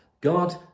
God